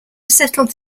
settled